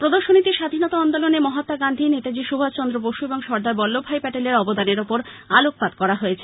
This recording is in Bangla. প্রদর্শনীতে স্বাধীনতা আন্দোলনে মহাত্মা গান্ধী নেতাজী সুভাষ চন্দ্র বসু এবং সর্দার বল্লভ ভাই প্যাটেলের অবদানের ওপর আলোকপাত করা হয়েছে